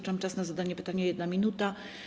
Czas na zadanie pytania - 1 minuta.